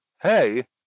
hey